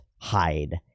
hide